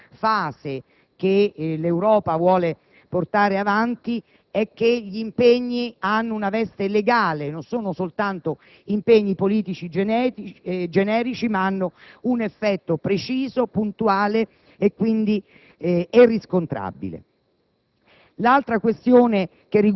di conseguenza della seconda fase che l'Europa vuole portare avanti, è rappresentata dal fatto che gli impegni hanno una veste legale: non sono soltanto impegni politici generici, ma hanno un effetto preciso, puntuale e riscontrabile.